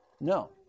No